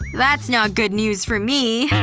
that's not good news for me.